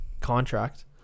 contract